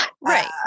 right